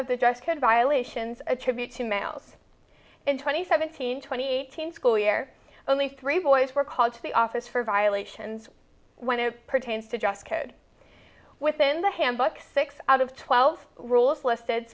of the dress code violations attribute to males in twenty seventeen twenty eight hundred school year only three boys were called to the office for violations when it pertains to just code within the handbook six out of twelve rules listed